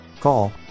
Call